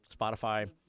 Spotify